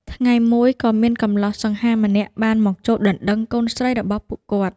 ថ្ងៃមួយ ក៏មានកម្លោះសង្ហាម្នាក់បានមកចូលដណ្តឹងកូនស្រីរបស់ពួកគាត់។